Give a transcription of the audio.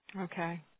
Okay